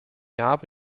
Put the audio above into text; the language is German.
habe